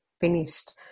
finished